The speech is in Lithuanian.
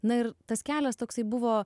na ir tas kelias toksai buvo